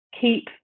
keep